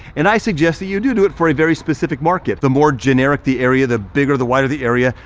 and i suggest that you do do it for a very specific market. the more generic the area, the bigger, the wider the area,